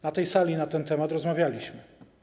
Na tej sali na ten temat rozmawialiśmy.